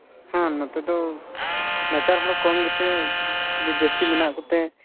ᱦᱟᱸ ᱱᱚᱛᱮ ᱫᱚ ᱱᱟᱪᱟᱨ ᱦᱚᱲ ᱠᱚᱢ ᱜᱮᱛᱮ ᱟᱹᱰᱤ ᱡᱟᱹᱥᱛᱤ ᱢᱮᱱᱟᱜ ᱠᱚᱛᱮ